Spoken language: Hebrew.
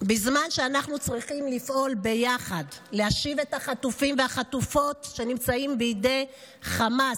שאנחנו צריכים לפעול ביחד להשיב את החטופים והחטופות שנמצאים בידי חמאס,